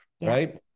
Right